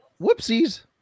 Whoopsies